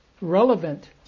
relevant